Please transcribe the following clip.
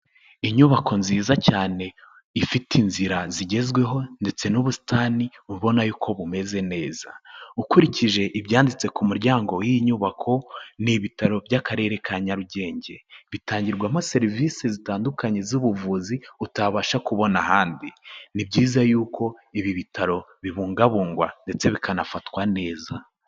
Inyubako nziza cyane, ifite inzira zigezweho, ndetse n'ubusitani ubona yuko bumeze neza. Ukurikije ibyanditse ku muryango w'iyi nyubako, ni ibitaro by'akarere ka Nyarugenge. Bitangirwamo serivisi zitandukanye z'ubuvuzi, utabasha kubona ahandi. Ni byiza yuko ibi bitaro bibungabungwa, ndetse bikanafatwa neza.